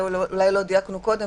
אולי לא דייקנו קודם,